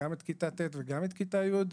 גם את כיתה ט' וגם את כיתה י',